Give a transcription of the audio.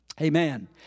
Amen